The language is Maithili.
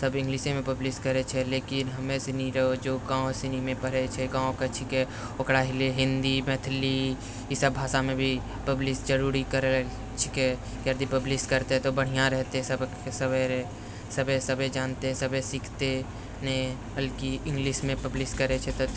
सब इंगलिशेमे पब्लिश करै छै लेकिन हमे सुनी रोजो गाँव सुनीमे पढै छै गाँवके ओकरा हेलै हिन्दी मैथिली ई सब भाषामे भी पब्लिश जरुरी करै छिकै किएक कि पब्लिश करतै तऽ बढ़िआँ रहतै सब सवेरे सबे सबे जानते सबे सीखतै बल्कि इंगलिशमे पब्लिश करै छै तऽ